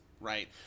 right